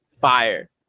fire